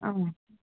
ஆ